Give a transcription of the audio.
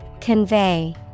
Convey